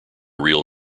real